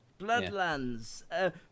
bloodlands